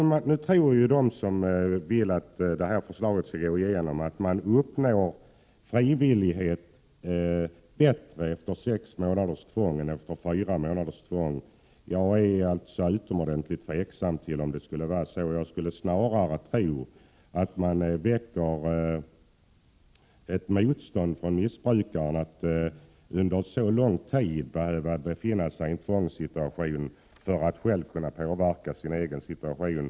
De som vill att regeringens förslag skall gå igenom tror att man bättre uppnår frivillighet efter sex månaders tvångsvård än efter fyra månader. Jag tvivlar på att det är så. Jag skulle snarare tro att man väcker ett motstånd hos missbrukaren genom att denne under så lång tid behöver befinna sig i en Prot. 1987/88:136 tvångssituation.